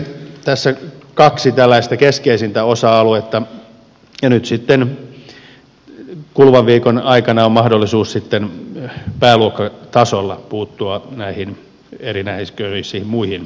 tässä kaksi tällaista keskeisintä osa aluetta ja nyt sitten kuluvan viikon aikana on mahdollisuus puuttua pääluokkatasolla näihin eri väestöissä muiden